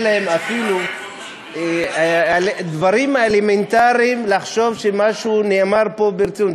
אין להם אפילו דברים אלמנטריים לחשוב שמשהו נאמר פה ברצינות.